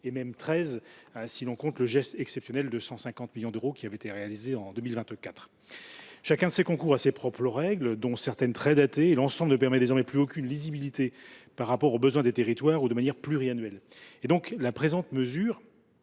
et même treize si l’on compte le geste exceptionnel de 150 millions d’euros qui avait été réalisé en 2024. Chacun de ces concours obéit à ses propres règles, dont certaines sont très datées, et l’ensemble ne permet désormais plus aucune lisibilité par rapport aux besoins des territoires ou de manière pluriannuelle. La présente mesure